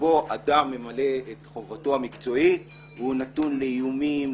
שבו אדם ממלא את חובתו המקצועית והוא נתון לאיומים,